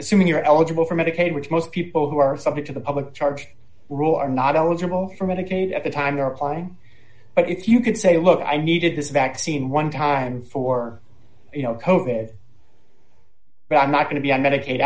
assuming you're eligible for medicaid which most people who are subject to the public charge rule are not eligible for medicaid at the time they're applying but if you could say look i needed this vaccine one time for you know coated but i'm not going to be on medicaid